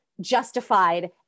justified